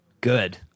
good